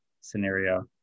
scenario